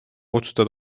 kutsutud